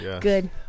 Good